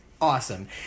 awesome